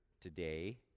today